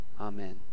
Amen